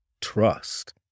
trust